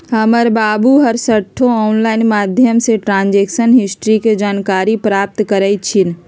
हमर बाबू हरसठ्ठो ऑनलाइन माध्यमें से ट्रांजैक्शन हिस्ट्री के जानकारी प्राप्त करइ छिन्ह